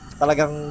talagang